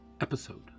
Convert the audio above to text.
episode